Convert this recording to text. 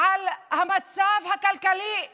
על המצב הכלכלי הגרוע,